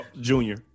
junior